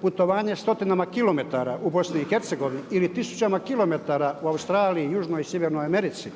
putovanje stotinama kilometara u Bosni i Hercegovini ili tisućama kilometara u Australiji, južnoj i sjevernoj Americi